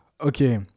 okay